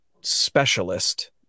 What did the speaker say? specialist